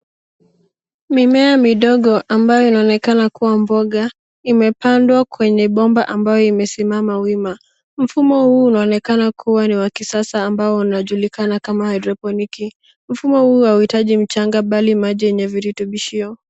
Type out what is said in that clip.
Mimea midogo ambayo inaonekana kua mboga imepandwa kwenye bomba amabayo imesimama wima mfumo huu unaonekana kua ni wa kisasa ambao unajulikana kama haidroproniki mfumo huu hauhitaji mchanga mbali maji yenye virutubishio.